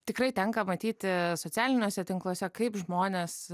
tikrai tenka matyti socialiniuose tinkluose kaip žmonės